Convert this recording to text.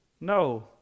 No